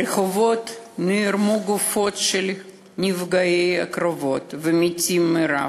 ברחובות נערמו גופות של נפגעי הקרבות ושל המתים ברעב,